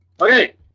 Okay